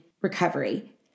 recovery